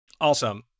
Awesome